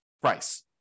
price